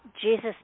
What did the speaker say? Jesus